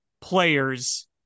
players